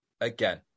again